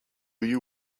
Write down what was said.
you